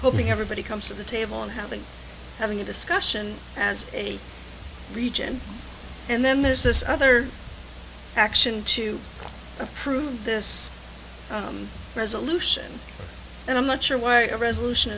hoping everybody comes to the table on how they having a discussion as a region and then there's this other action to approve this resolution and i'm not sure why a resolution